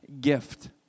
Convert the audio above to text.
gift